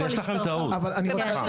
אבל יש לכם טעות --- אני רוצה --- שנייה.